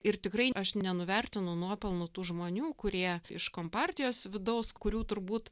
ir tikrai aš nenuvertinu nuopelnų tų žmonių kurie iš kompartijos vidaus kurių turbūt